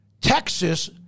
Texas